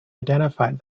identified